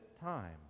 time